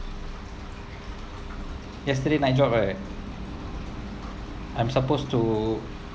yesterday night job I'm supposed to